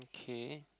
okay